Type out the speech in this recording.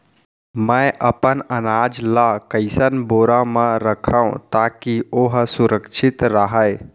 मैं अपन अनाज ला कइसन बोरा म रखव ताकी ओहा सुरक्षित राहय?